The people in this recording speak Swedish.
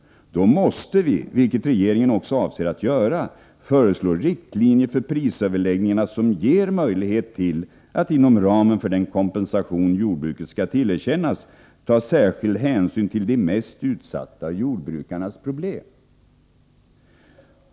Då måste vi, vilket regeringen också avser att göra, föreslå riktlinjer för prisöverläggningarna som ger möjlighet att inom ramen för den kompensation jordbruket skall tillerkännas ta särskild hänsyn till de mest utsatta jordbrukarnas problem.